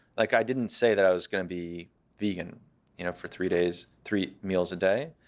like, i didn't say that i was going to be vegan you know for three days, three meals a day.